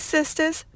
Sisters